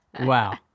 Wow